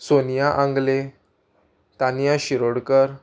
Sonia Angle Tania Shirodkar